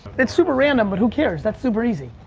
it's super random, but who cares? that's super easy.